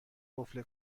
قفل